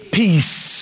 peace